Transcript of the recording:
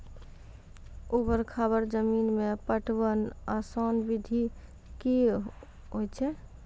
ऊवर खाबड़ जमीन मे पटवनक आसान विधि की ऐछि?